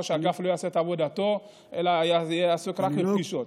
ראש האגף לא יעשה את עבודתו אלא יהיה עסוק רק בפגישות.